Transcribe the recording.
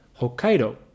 Hokkaido